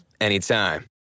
anytime